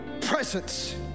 presence